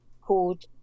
called